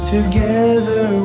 Together